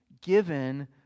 given